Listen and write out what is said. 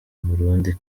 burundi